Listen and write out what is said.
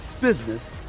business